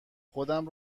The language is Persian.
خودم